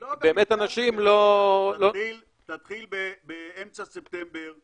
כי באמת אנשים לא --- תתחיל באמצע ספטמבר,